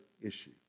issue